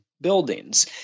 buildings